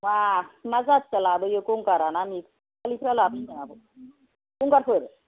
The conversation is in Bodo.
मा मा जातिया लाबोयो गंगारआ ना नेपालिफोरा लाबोयो होनदों आं आब' गंगारफोर